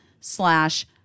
slash